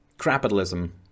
capitalism